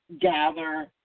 gather